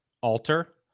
Alter